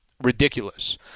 ridiculous